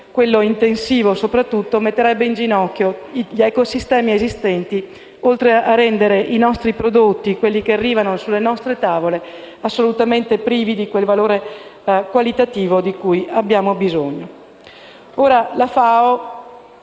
quello intensivo soprattutto metterebbe in ginocchio gli ecosistemi esistenti, oltre a rendere i nostri prodotti, quelli che arrivano sulle nostre tavole, assolutamente privi del valore qualitativo di cui abbiamo bisogno.